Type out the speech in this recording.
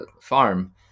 farm